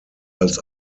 als